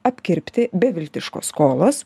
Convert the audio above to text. apkirpti beviltiškos skolos